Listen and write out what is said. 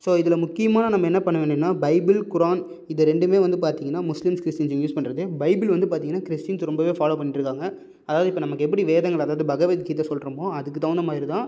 so இதில் முக்கியமாக நம்ம என்ன பண்ண வேண்டியதுனா பைபிள் குரான் இது ரெண்டுமே வந்து பார்த்திங்கன்னா முஸ்லிம்ஸ் கிறிஸ்டின்ஸ் யூஸ் பண்ணுறது பைபிள் வந்து பார்த்திங்கன்னா கிறிஸ்டின்ஸ் ரொம்பவே ஃபாலோவ் பண்ணிட்டு இருக்காங்க அதாவது இப்போ நமக்கு எப்படி வேதங்கள் அதாவது பகவத்கீதை சொல்கிறமோ அதுக்கு தகுந்த மாதிரி தான்